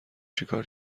چیکار